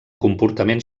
comportament